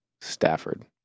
Stafford